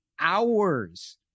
hours